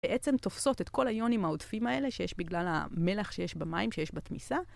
בעצם תופסות את כל היונים העודפים האלה שיש בגלל המלח שיש במים שיש בתמיסה